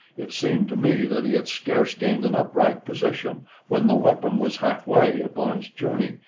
it seemed to me that he had scarce gained an upright position when the weapon was half-way upon its journey,